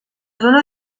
zona